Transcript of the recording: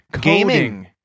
gaming